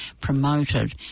promoted